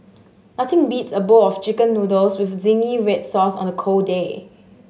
nothing beats a bowl of Chicken Noodles with zingy red sauce on a cold day